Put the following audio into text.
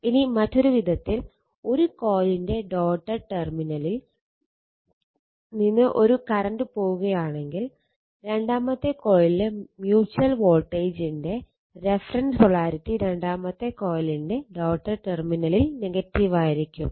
ഇനി മറ്റൊരു വിധത്തിൽ ഒരു കോയിലിന്റെ ഡോട്ട്ഡ് ടെർമിനലിൽ നിന്ന് ഒരു കറന്റ് പോവുകയാണെങ്കിൽ രണ്ടാമത്തെ കോയിലിലെ മ്യൂച്വൽ വോൾട്ടേജിന്റെ റഫറൻസ് പോളാരിറ്റി രണ്ടാമത്തെ കോയിലിന്റെ ഡോട്ട്ഡ് ടെർമിനലിൽ നെഗറ്റീവ് ആയിരിക്കും